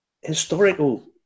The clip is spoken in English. historical